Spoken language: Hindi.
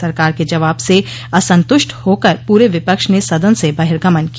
सरकार के जवाब से असंतुष्ट होकर पूरे विपक्ष ने सदन से बहिर्गमन किया